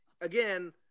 again